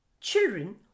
Children